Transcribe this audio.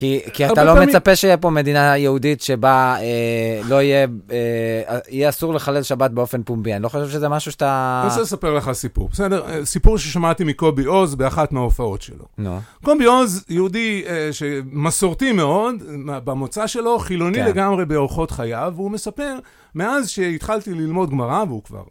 כי כי אתה לא מצפה שיהיה פה מדינה יהודית שבה לא יהיה, יהיה אסור לחלל שבת באופן פומבי. אני לא חושב שזה משהו שאתה... אני רוצה לספר לך סיפור, בסדר? סיפור ששמעתי מקובי עוז באחת מההופעות שלו. קובי עוז, יהודי מסורתי מאוד, במוצא שלו, חילוני לגמרי באורחות חייו, והוא מספר, מאז שהתחלתי ללמוד גמרא, והוא כבר...